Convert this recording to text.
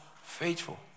faithful